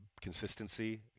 consistency